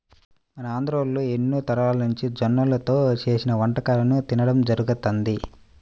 మన ఆంధ్రోల్లు ఎన్నో తరాలనుంచి జొన్నల్తో చేసిన వంటకాలను తినడం జరుగతంది